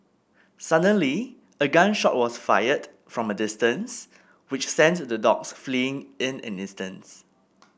suddenly a gun shot was fired from a distance which sent the dogs fleeing in an instant